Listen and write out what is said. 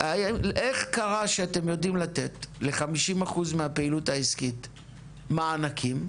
איך קרה שאתם יודעים לתת ל-50% מהפעילות העסקית מענקים,